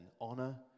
honor